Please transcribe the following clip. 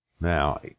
Now